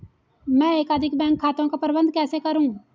मैं एकाधिक बैंक खातों का प्रबंधन कैसे करूँ?